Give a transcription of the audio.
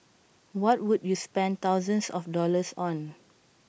what would you spend thousands of dollars on